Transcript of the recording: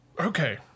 Okay